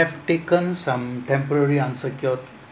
have taken some temporary unsecured